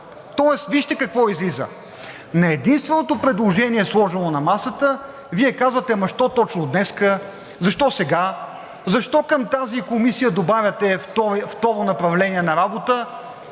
Тоест, вижте какво излиза – на единственото предложение, сложено на масата, Вие казвате: „Ама защо точно днес, защо сега, защо към тази комисия добавяте второ направление на работа.“